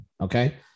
okay